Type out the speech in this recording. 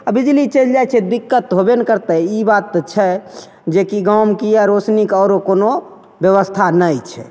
आओर बिजली चलि जाइ छै तऽ दिक्कत तऽ होबे ने करतै ई बात तऽ छै जेकि गाममे कि रोशनीके आओर कोनो बेबस्था नहि छै